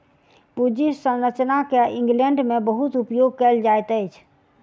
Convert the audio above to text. पूंजी संरचना के इंग्लैंड में बहुत उपयोग कएल जाइत अछि